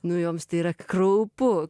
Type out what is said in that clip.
nu joms tai yra kraupu